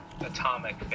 atomic